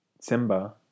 Simba